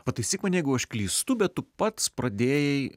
pataisyk mane jeigu aš klystu bet pats pradėjai